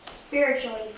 Spiritually